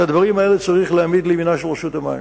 את הדברים האלה צריך להעמיד לימינה של רשות המים,